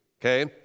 okay